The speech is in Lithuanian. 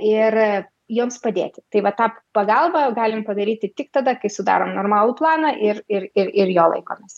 ir joms padėti tai va tą pagalbą galim padaryti tik tada kai sudarom normalų planą ir ir ir jo laikomės